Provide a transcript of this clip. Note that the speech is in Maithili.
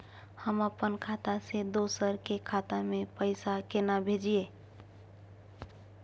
हम अपन खाता से दोसर के खाता में पैसा केना भेजिए?